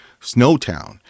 Snowtown